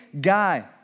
guy